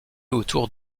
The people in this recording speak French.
autour